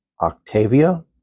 Octavia